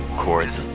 chords